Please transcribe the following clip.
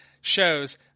shows